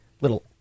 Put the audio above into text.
Little